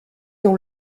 dans